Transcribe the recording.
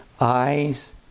eyes